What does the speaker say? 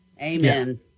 Amen